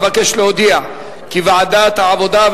אבקש להודיע כי ועדת העבודה,